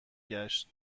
گشت